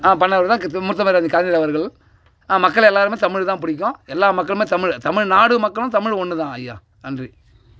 பண்ணவர் தான் முத்தமிழ் அறிஞர் கலைஞர் அவர்கள் மக்களை எல்லாரும் தமிழ் தான் பிடிக்கும் எல்லா மக்களுமே தமிழ் தமிழ்நாடு மக்களும் தமிழ் ஒன்று தான் ஐயா நன்றி